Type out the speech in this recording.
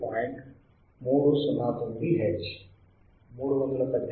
309 hertz 318